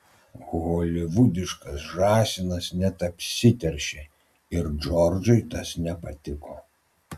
holivudiškas žąsinas net apsiteršė ir džordžui tas nepatiko